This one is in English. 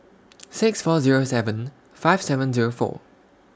six four Zero seven five seven Zero four